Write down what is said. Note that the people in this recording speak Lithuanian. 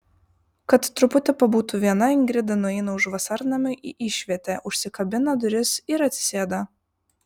kad truputį pabūtų viena ingrida nueina už vasarnamio į išvietę užsikabina duris ir atsisėda